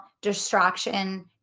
distraction